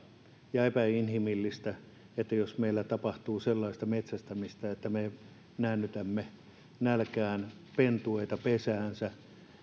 ja epäinhimillistä jos meillä tapahtuu sellaista metsästämistä että me näännytämme nälkään pentueita pesäänsä